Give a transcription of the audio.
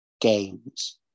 games